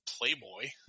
Playboy